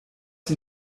sie